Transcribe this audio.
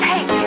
hey